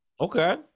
Okay